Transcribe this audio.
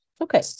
Okay